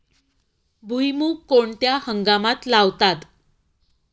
भुईमूग कोणत्या हंगामात लावतात?